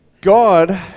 God